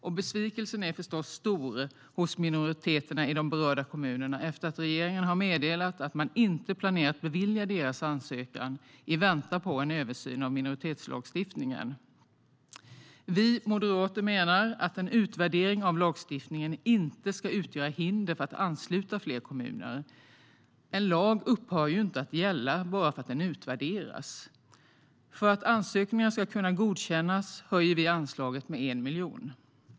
Och besvikelsen är förstås stor hos minoriteterna i de berörda kommunerna efter att regeringen har meddelat att man inte planerar att bevilja deras ansökningar, i väntan på en översyn av minoritetslagstiftningen. Vi moderater menar att en utvärdering av lagstiftningen inte ska utgöra hinder för att ansluta fler kommuner. En lag upphör inte att gälla bara för att den utvärderas. För att ansökningarna ska kunna godkännas höjer vi anslaget med 1 miljon kronor.